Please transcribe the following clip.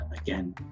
again